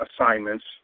assignments